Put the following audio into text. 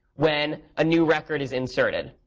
when a new record is inserted.